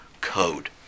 code